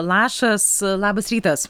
lašas labas rytas